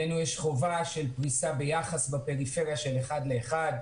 עלינו יש חובה של פריסה בפריפריה ביחס של אחד לאחד.